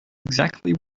exactly